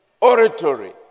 Oratory